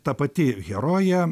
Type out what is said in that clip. ta pati herojė